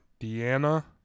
Deanna